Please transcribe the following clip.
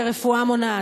לרפואה מונעת,